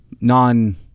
non-